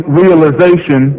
realization